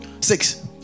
Six